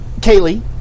Kaylee